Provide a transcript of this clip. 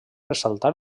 ressaltar